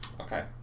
okay